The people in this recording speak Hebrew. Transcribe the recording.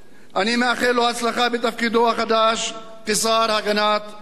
אני מאחל לו הצלחה בתפקידו החדש כשר להגנת העורף.